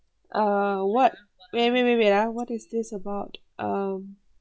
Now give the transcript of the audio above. uh what wait wait wait wait what is this about um